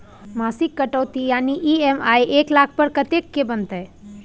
मासिक कटौती यानी ई.एम.आई एक लाख पर कत्ते के बनते?